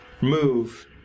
move